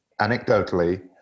anecdotally